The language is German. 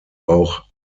auch